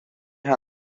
ha